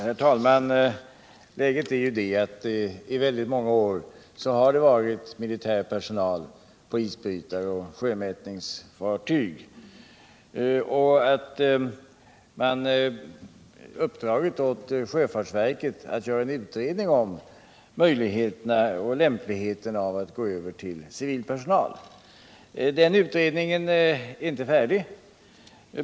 Herr talman! Läget är ju att det i väldigt många år har varit militär personal på isbrytare och sjömätningsfartyg och att man uppdragit åt sjöfartsverket att göra en utredning om möjligheterna och lämpligheten av att gå över till civil personal. Den utredningen är inte färdig.